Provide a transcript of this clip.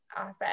Awesome